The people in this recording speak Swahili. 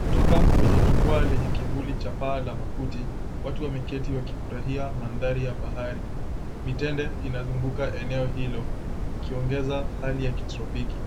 Kutoka kwenye jukwaa lenye kivuli cha paa la makuti, watu wameketi wakifrahia manthari ya bahari, mitende inazunguka eneo hilo ikiongeza hali ya kitropiki,